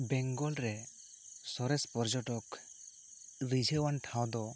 ᱵᱮᱝᱜᱚᱞ ᱨᱮ ᱥᱚᱨᱮᱥ ᱯᱚᱨᱡᱚᱴᱚᱠ ᱞᱟᱹᱭᱡᱷᱟᱹᱣᱟᱱ ᱴᱷᱟᱶ ᱫᱚ